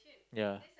yeah